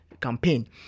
campaign